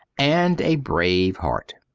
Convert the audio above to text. and a brave heart.